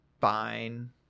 fine